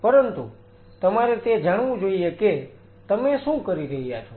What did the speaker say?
પરંતુ તમારે તે જાણવું જોઈએ કે તમે શું કરી રહ્યા છો